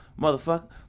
motherfucker